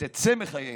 ותצא מחיינו,